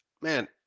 Man